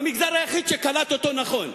במגזר היחיד שקלט אותו נכון.